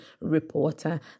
reporter